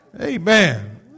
Amen